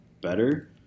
better